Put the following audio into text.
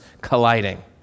colliding